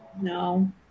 no